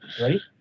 Ready